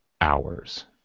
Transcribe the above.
hours